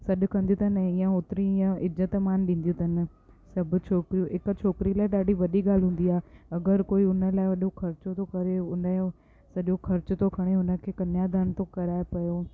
सॾु कंदियूं अथनि ऐं ईअं होतिरी ईअं इज़त मान ॾींदियूं अथनि सभु छोकिरियूं हिकु छोकिरी लाइ ॾाढी वॾी ॻाल्हि हूंदी आहे अगरि कोई उन लाइ वॾो ख़र्चो थो करे उन जो सॼो ख़र्च थो खणे उन खे कन्यादान थो कराए पियो